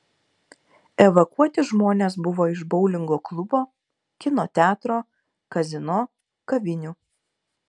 evakuoti žmonės buvo iš boulingo klubo kino teatro kazino kavinių